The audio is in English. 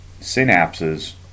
synapses